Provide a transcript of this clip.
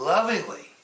Lovingly